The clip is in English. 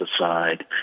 aside